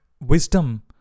wisdom